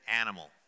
animal